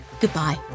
goodbye